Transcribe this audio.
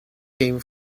came